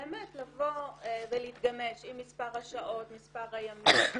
באמת לבוא ולהתגמש עם מספר השעות, מספר הימים,